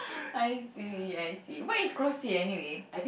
I see I see what is CrossFit anyway